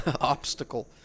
obstacle